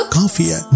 coffee